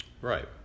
right